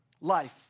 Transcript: life